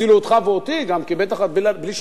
הצילו אותך ואותי גם, כי בטח בלי שנדע,